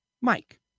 Mike